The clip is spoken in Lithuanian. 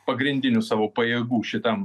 pagrindinių savo pajėgų šitam